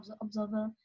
observer